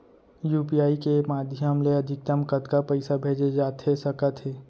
UPI के माधयम ले अधिकतम कतका पइसा भेजे जाथे सकत हे?